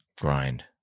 grind